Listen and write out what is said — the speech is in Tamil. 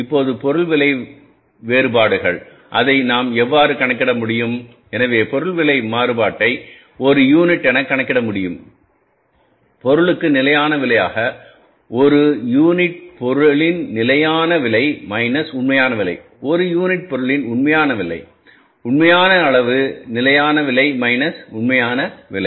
இப்போது பொருள் விலை வேறுபாடுகள் அதை நாம் எவ்வாறு கணக்கிட முடியும் எனவே பொருள் விலை மாறுபாட்டை ஒரு யூனிட் என கணக்கிட முடியும் பொருளுக்கு நிலையான விலையாக ஒரு யூனிட் பொருளின் நிலையான விலை மைனஸ உண்மையான விலை ஒரு யூனிட் பொருளின் உண்மையான விலை உண்மையான அளவு நிலையான விலை மைனஸ் உண்மையான விலை